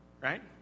right